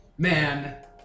Man